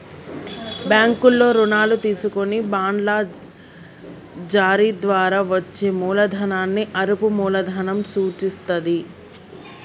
బ్యాంకుల్లో రుణాలు తీసుకొని బాండ్ల జారీ ద్వారా వచ్చే మూలధనాన్ని అరువు మూలధనం సూచిత్తది